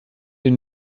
den